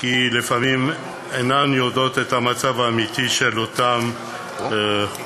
כי לפעמים הן אינן יודעות את המצב האמיתי של אותם חולים,